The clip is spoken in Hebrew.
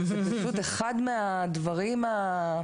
זה פשוט אחד מהדברים הקשים.